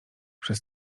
przez